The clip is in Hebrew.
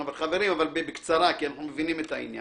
חברים, אבל בקצרה כי אנחנו מבינים את העניין.